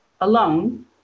alone